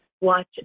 Watch